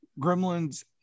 Gremlins